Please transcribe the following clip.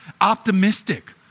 optimistic